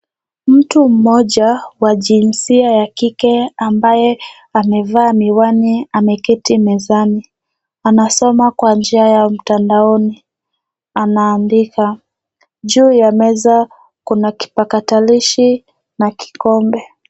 Mtu mmoja wa jinsia ya kike ambaye amevaa miwani, ameketi mezani. Anasoma kwa njia ya mtandaoni, anaandika. Juu ya meza, kuna kipakatalishi na kikombe.